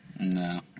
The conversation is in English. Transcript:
No